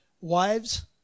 wives